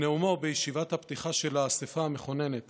בנאומו בישיבת הפתיחה של האספה המכוננת